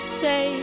say